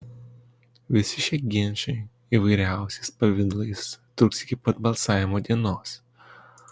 visi šie ginčai įvairiausiais pavidalais truks iki pat balsavimo dienos